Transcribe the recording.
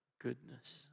Goodness